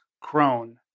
Crone